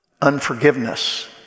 unforgiveness